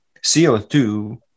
CO2